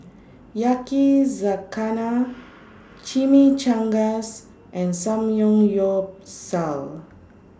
Yakizakana Chimichangas and Samgeyopsal